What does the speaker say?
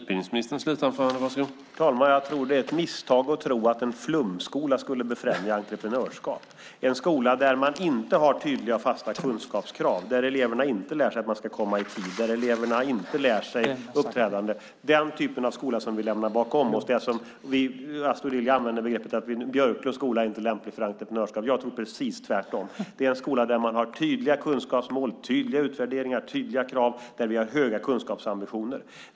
Herr talman! Jag tror att det är ett misstag att tro att en flumskola skulle befrämja entreprenörskap. Det är en skola där man inte har tydliga och fasta kunskapskrav, där eleverna inte lär sig att man ska komma i tid och där eleverna inte lär sig uppträdande. Det är den typ av skola som vi lämnar bakom oss. Astudillo använder begreppet att Björklunds skola inte är lämplig för entreprenörskap. Jag tror precis tvärtom. Det är en skola där man har tydliga kunskapsmål, tydliga utvärderingar, tydliga krav och höga kunskapsambitioner.